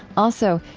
also,